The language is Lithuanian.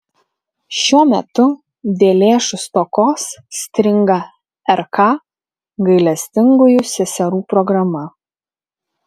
šiuo metu dėl lėšų stokos stringa rk gailestingųjų seserų programa